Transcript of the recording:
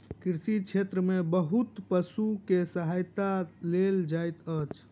कृषि क्षेत्र में बहुत पशु के सहायता लेल जाइत अछि